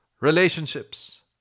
relationships